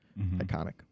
iconic